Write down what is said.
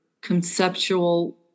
conceptual